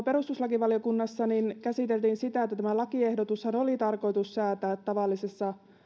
perustuslakivaliokunnassa käsiteltiin sitä että tämä lakiehdotushan oli tarkoitus säätää tavallisessa